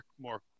more